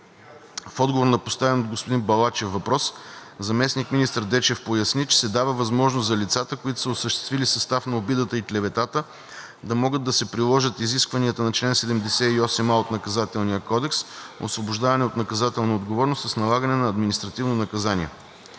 В отговор на поставен въпрос от господин Балачев заместник-министър Дечев поясни, че се дава възможност за лицата, които са осъществили състава на обидата и клеветата, да могат да се приложат изискванията на чл. 78а от Наказателния кодекс, освобождаване от наказателна отговорност с налагане на административно наказание.